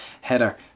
header